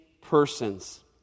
persons